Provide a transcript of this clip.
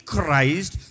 Christ